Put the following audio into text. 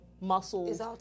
muscles